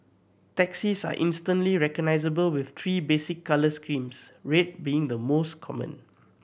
taxis are instantly recognisable with three basic colour schemes red being the most common